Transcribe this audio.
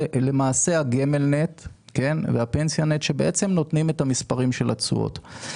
זה למעשה הגמל-נט והפנסיה-נט שבעצם נותנים את המספרים של התשואות.